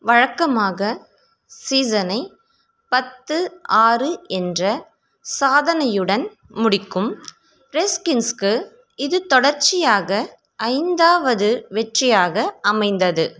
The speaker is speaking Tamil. வழக்கமாக சீசனை பத்து ஆறு என்ற சாதனையுடன் முடிக்கும் ரெஸ்கின்ஸுக்கு இது தொடர்ச்சியாக ஐந்தாவது வெற்றியாக அமைந்தது